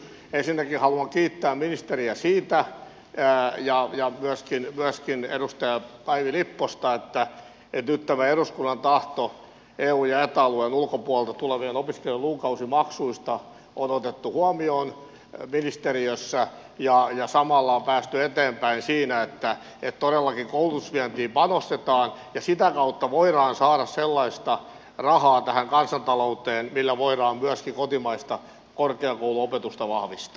ensinnäkin haluan kiittää ministeriä ja myöskin edustaja päivi lipposta siitä että nyt tämä eduskunnan tahto eu ja eta alueen ulkopuolelta tulevien opiskelijoiden lukukausimaksuista on otettu huomioon ministeriössä ja samalla on päästy eteenpäin siinä että todellakin koulutusvientiin panostetaan ja sitä kautta voidaan saada sellaista rahaa tähän kansantalouteen millä voidaan myöskin kotimaista korkeakouluopetusta vahvistaa